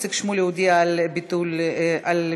איציק שמולי הודיע על ביטול ההסתייגות,